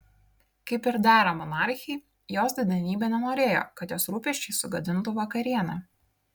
kaip ir dera monarchei jos didenybė nenorėjo kad jos rūpesčiai sugadintų vakarienę